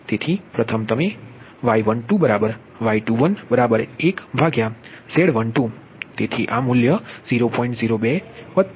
તેથી પ્રથમ તમે Y12 Y21 1 Z12 તેથી આ મૂલ્ય 0